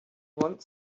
want